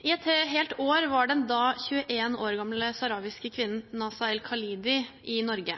I et helt år var den da 21 år gamle saharawiske kvinnen Nazha El Khalidi i Norge.